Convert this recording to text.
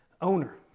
owner